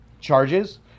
charges